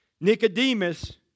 Nicodemus